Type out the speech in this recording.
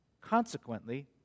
Consequently